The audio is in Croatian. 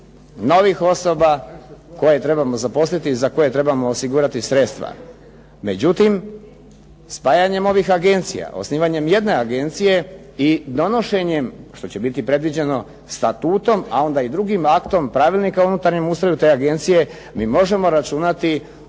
novih osoba koje trebamo zaposliti, za koje trebamo osigurati sredstva. Međutim, spajanjem ovih agencija, osnivanjem jedne agencije i donošenjem, što će biti predviđeno statutom, a onda i drugim aktom, pravilnikom u unutarnjem ustroju te agencije, mi možemo računati